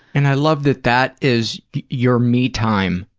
and i love that that is your me time,